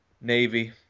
Navy